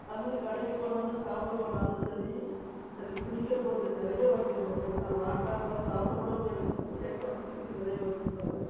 அதுமாரி கடைக்கு போனாலும் சாப்பிட போனாலும் சரி எனக்கு பிடிக்கிற பொருள் நிறைய வாங்கி வருவார் நான் வேண்டாம்பா சாப்பிட கூட முடியாது சொன்னாலும் கேட்காம திருப்பி நிறைய வாங்கி கொடுப்பாங்க